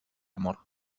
amor